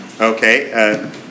Okay